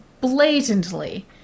blatantly